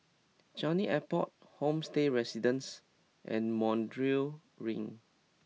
Changi Airport Homestay Residences and Montreal Ring